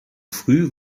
früh